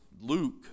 Luke